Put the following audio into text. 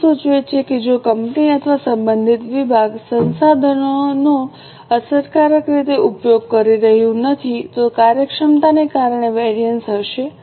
નામ સૂચવે છે કે જો કંપની અથવા સંબંધિત વિભાગ સંસાધનોનો અસરકારક રીતે ઉપયોગ કરી રહ્યું નથી તો કાર્યક્ષમતાને કારણે તે વેરિએન્સ હશે